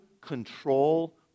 control